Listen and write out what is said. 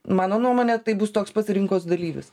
mano nuomone tai bus toks pats rinkos dalyvis